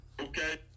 Okay